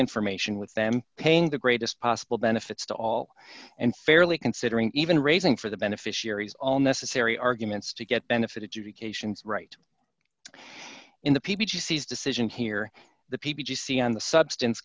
information with them paying the greatest possible benefits to all and fairly considering even raising for the beneficiaries all necessary arguments to get benefit judy cations right in the people she sees decision here the p b c on the substance